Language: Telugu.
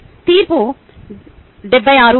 తీర్పు 76